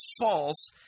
false